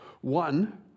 One